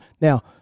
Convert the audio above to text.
Now